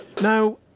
Now